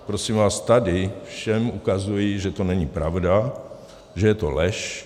Prosím vás, tady všem ukazuji, že to není pravda, že to je lež.